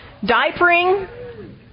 diapering